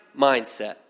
mindset